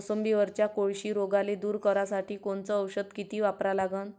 मोसंबीवरच्या कोळशी रोगाले दूर करासाठी कोनचं औषध किती वापरा लागन?